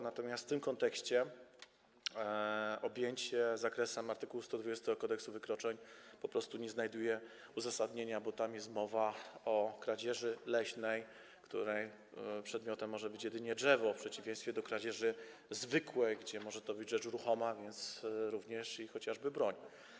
Natomiast w tym kontekście objęcie zakresem art. 120 Kodeksu wykroczeń po prostu nie znajduje uzasadnienia, bo tam jest mowa o kradzieży leśnej, której przedmiotem może być jedynie drzewo, w przeciwieństwie do kradzieży zwykłej, w przypadku której może to być rzecz ruchoma, więc również chociażby broń.